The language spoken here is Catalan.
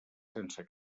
sense